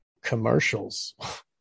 commercials